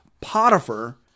Potiphar